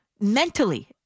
mentally